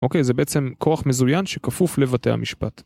אוקיי, זה בעצם כוח מזוין שכפוף לבתי המשפט.